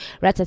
Right